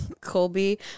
Colby